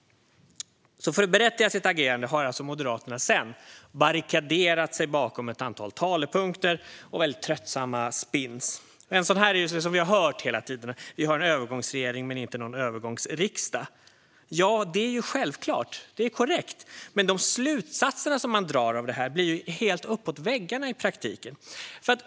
För att berättiga sitt agerande har Moderaterna barrikaderat sig bakom ett antal talepunkter och tröttsamma spins. En sådan som vi har hört hela tiden är att vi "har en övergångsregering men inte någon övergångsriksdag". Det är självklart korrekt. Men de slutsatser man drar av detta blir i praktiken helt uppåt väggarna.